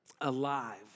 alive